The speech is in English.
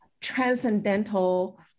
transcendental